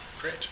Great